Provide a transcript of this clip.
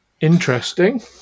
Interesting